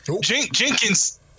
Jenkins